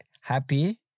happy